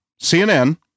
CNN